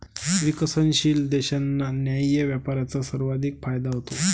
विकसनशील देशांना न्याय्य व्यापाराचा सर्वाधिक फायदा होतो